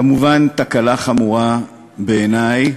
כמובן, תקלה חמורה בעיני,